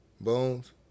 Bones